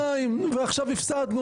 בדיוק, שנתיים, ועכשיו הפסדנו.